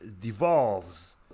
devolves